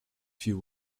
few